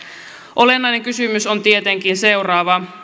olennainen kysymys on tietenkin seuraava